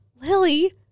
Lily